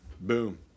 Boom